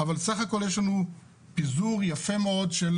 אבל סך הכול יש לנו פיזור יפה מאוד של